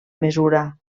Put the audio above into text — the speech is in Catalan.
mesura